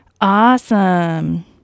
Awesome